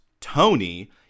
Tony